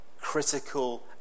critical